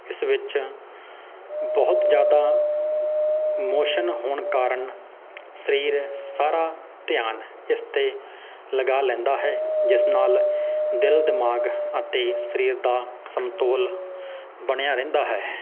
ਇਸ ਵਿੱਚ ਬਹੁਤ ਜ਼ਿਆਦਾ ਮੋਸ਼ਨ ਹੋਣ ਕਾਰਨ ਸਰੀਰ ਸਾਰਾ ਧਿਆਨ ਇਸ 'ਤੇ ਲਗਾ ਲੈਂਦਾ ਹੈ ਜਿਸ ਨਾਲ ਦਿਲ ਦਿਮਾਗ ਅਤੇ ਸਰੀਰ ਦਾ ਸਮਤੋਲ ਬਣਿਆ ਰਹਿੰਦਾ ਹੈ